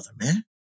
man